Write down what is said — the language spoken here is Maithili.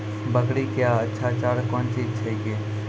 बकरी क्या अच्छा चार कौन चीज छै के?